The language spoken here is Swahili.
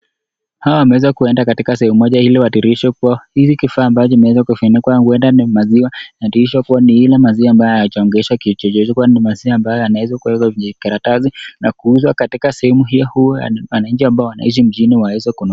Hawa wameweza kwenda katika sehemu moja ili wadhihirishe kuwa hizi kifaa ambacho kimeweza kufunikwa huenda ni maziwa na kudhihirisha kuwa ni ile maziwa ambayo hayachanganywi na kitu chochote, kwani ni maziwa ambayo yanaweza kuwekwa kwenye karatasi na kuuzwa katika sehemu hiyo. Wananchi ambao wanaishi mjini waweze kununua.